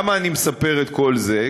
למה אני מספר את כל זה?